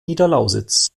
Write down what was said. niederlausitz